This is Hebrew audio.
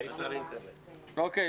--- או.קיי.